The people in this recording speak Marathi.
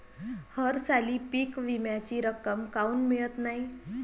हरसाली पीक विम्याची रक्कम काऊन मियत नाई?